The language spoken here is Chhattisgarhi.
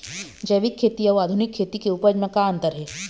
जैविक खेती अउ आधुनिक खेती के उपज म का अंतर हे?